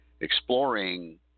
exploring